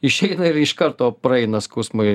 išeina ir iš karto praeina skausmai